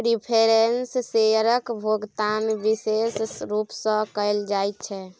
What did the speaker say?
preference शेयरक भोकतान बिशेष रुप सँ कयल जाइत छै